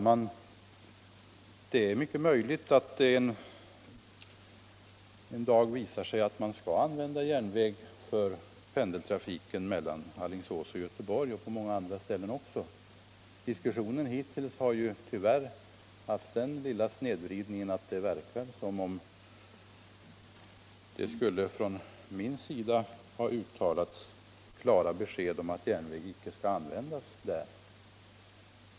Herr talman! Det är möjligt att det en dag visar sig att vi skall använda järnväg för pendeltrafiken mellan Alingsås och Göteborg och på många andra ställen också. Men diskussionen hittills har tyvärr haft den lilla snedvridningen att det verkar som om man menar att jag har uttalat klara besked om att järnväg inte skall användas för pendeltrafiken mellan Alingsås och Göteborg.